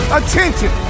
attention